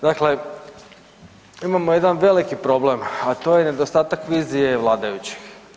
Dakle, imamo jedan veliki problem, a to je nedostatak vizije vladajućih.